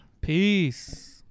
Peace